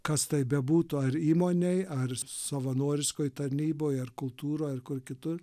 kas tai bebūtų ar įmonėj ar savanoriškoj tarnyboj ar kultūroj ar kur kitur